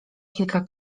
kilka